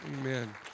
Amen